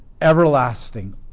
everlasting